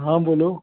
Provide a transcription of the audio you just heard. हां बोल्लो